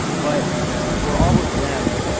but for all of them,